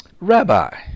Rabbi